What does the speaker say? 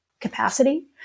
capacity